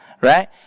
Right